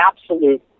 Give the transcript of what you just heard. absolute